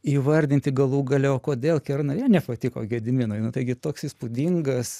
įvardinti galų gale o kodėl kernavė nepatiko gediminui taigi toks įspūdingas